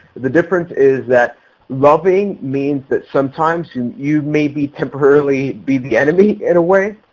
the difference is that loving means that sometimes you you may be temporarily be the enemy in a way.